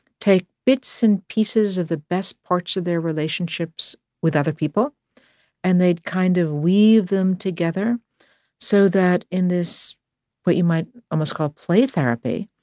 take bits and pieces of the best parts of their relationships with other people and they'd kind of weave them together so that in this what you might almost call play therapy,